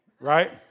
right